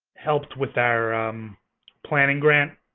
helped with our um planning grant.